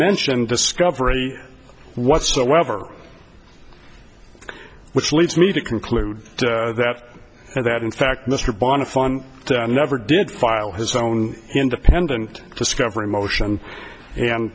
mention discovery whatsoever which leads me to conclude that that in fact mr bond fund never did file his own independent discovery motion and